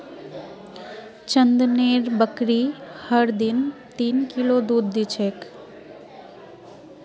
चंदनेर बकरी हर दिन तीन किलो दूध दी छेक